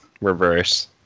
reverse